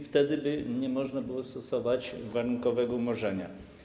Wtedy by nie można było stosować warunkowego umorzenia.